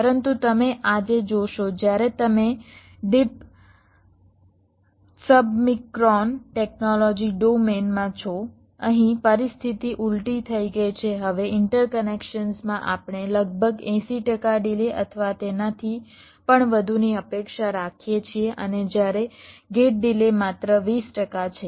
પરંતુ તમે આજે જોશો જ્યારે તમે ડીપ સબમિક્રોન ટેકનોલોજી ડોમેન માં છો અહીં પરિસ્થિતિ ઉલટી થઈ ગઈ છે હવે ઇન્ટરકનેક્શન્સમાં આપણે લગભગ 80 ટકા ડિલે અથવા તેનાથી પણ વધુની અપેક્ષા રાખીએ છીએ અને જ્યારે ગેટ ડિલે માત્ર 20 ટકા છે